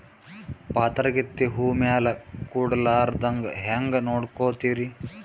ಪಾತರಗಿತ್ತಿ ಹೂ ಮ್ಯಾಲ ಕೂಡಲಾರ್ದಂಗ ಹೇಂಗ ನೋಡಕೋತಿರಿ?